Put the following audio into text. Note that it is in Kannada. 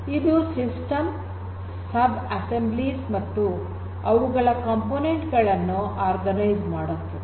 ಇದು ಸಿಸ್ಟಮ್ ಸಬ್ ಅಸ್ಸೆಂಬ್ಲೀಸ್ ಮತ್ತು ಅವುಗಳ ಕಂಪೋನೆಂಟ್ ಗಳನ್ನು ಆರ್ಗನೈಜ್ ಮಾಡುತ್ತದೆ